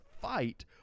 fight